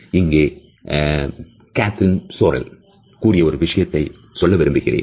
இங்கே Kathryn Sorrell கூறிய ஒரு விஷயத்தை சொல்ல விரும்புகிறேன்